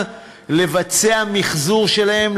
לבצע מיחזור שלהם,